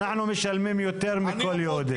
אנחנו משלמים יותר מכל יהודי.